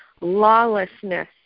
lawlessness